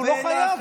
אבל הוא לא חייב,